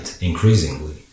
increasingly